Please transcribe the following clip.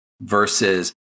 versus